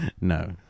No